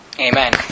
Amen